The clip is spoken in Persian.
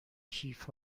کیف